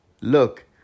look